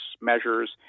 measures